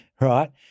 right